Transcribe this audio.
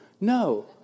No